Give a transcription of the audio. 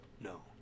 No